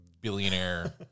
billionaire